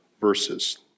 verses